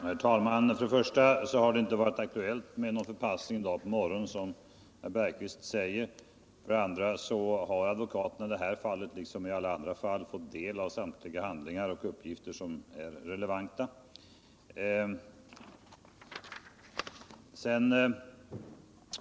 Herr talman! För det första har det inte varit aktuellt med någon förpassning i dag på morgonen som herr Bergqvist säger. För det andra har advokaterna i det här fallet liksom i alla andra fall fått del av samtliga handlingar och uppgifter som är relevanta.